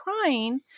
crying